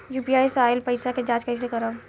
UPI से आइल पईसा के जाँच कइसे करब?